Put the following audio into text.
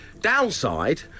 Downside